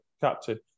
captain